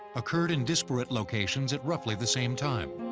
occurred in disparate locations at roughly the same time.